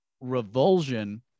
revulsion